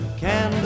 candle